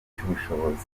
cy’ubushobozi